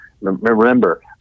remember